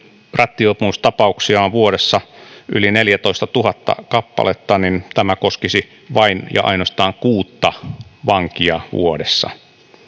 rattijuopumustapauksia on vuodessa yli neljätoistatuhatta kappaletta tämä koskisi vain ja ainoastaan kuutta vankia vuodessa